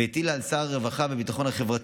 והיא הטילה על שר הרווחה והביטחון החברתי,